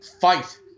fight